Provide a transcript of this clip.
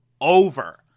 over